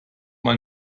mal